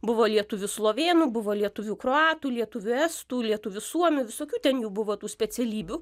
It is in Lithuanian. buvo lietuvių slovėnų buvo lietuvių kroatų lietuvių estų lietuvių suomių visokių ten jų buvo tų specialybių